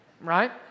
right